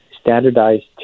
standardized